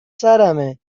سرمه